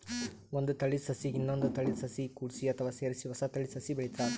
ಒಂದ್ ತಳೀದ ಸಸಿಗ್ ಇನ್ನೊಂದ್ ತಳೀದ ಸಸಿ ಕೂಡ್ಸಿ ಅಥವಾ ಸೇರಿಸಿ ಹೊಸ ತಳೀದ ಸಸಿ ಬೆಳಿತಾರ್